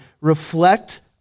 reflect